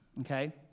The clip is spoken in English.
Okay